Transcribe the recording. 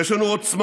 יש לנו עוצמה,